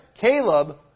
Caleb